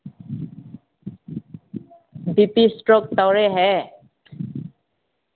B P stroke ꯇꯧꯔꯦ ꯍꯥꯏꯌꯦ